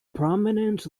prominent